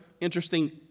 interesting